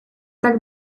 tak